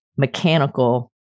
mechanical